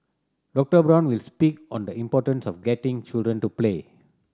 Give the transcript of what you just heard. Doctor Brown will speak on the importance of getting children to play